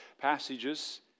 passages